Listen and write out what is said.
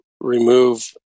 remove